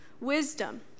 Wisdom